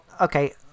okay